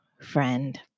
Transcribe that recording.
friend